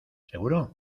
seguro